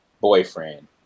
boyfriend